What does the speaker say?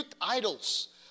idols